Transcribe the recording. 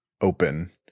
open